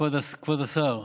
כבוד השר,